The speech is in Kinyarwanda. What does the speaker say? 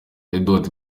edward